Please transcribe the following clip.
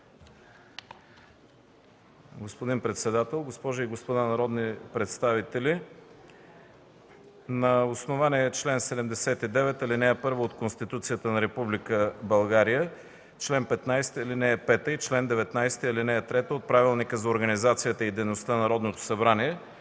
Господин председател, госпожи и господа народни представители! На основание чл. 79, ал. 1 от Конституцията на Република България, чл. 15, ал. 5 и чл. 19, ал. 3 от Правилника за организацията и дейността на Народното събрание